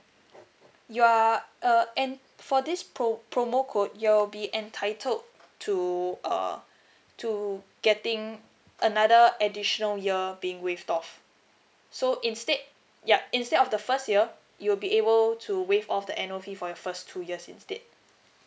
you are uh and for this pro~ promo code you'll be entitled to uh to getting another additional year being waived off so instead yup instead of the first year you'll be able to waive off the annual fee for the first two years instead